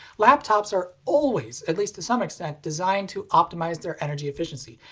laptops are always, at least to some extent, designed to optimize their energy efficiency.